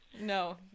No